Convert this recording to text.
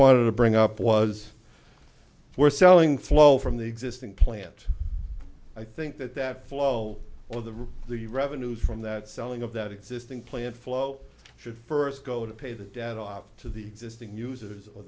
wanted to bring up was for selling flow from the existing plant i think that that flow of the river the revenues from that selling of that existing plant flow should first go to pay the debt off to the existing users o